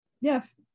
Yes